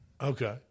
Okay